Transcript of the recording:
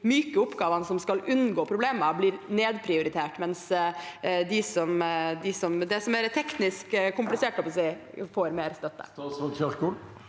myke oppgavene som skal gjøres for å unngå problemer, blir nedprioritert, mens det som er mer teknisk komplisert, får mer støtte.